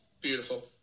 Beautiful